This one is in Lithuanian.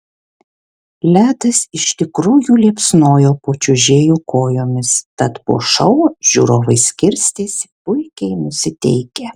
ledas iš tikrųjų liepsnojo po čiuožėjų kojomis tad po šou žiūrovai skirstėsi puikiai nusiteikę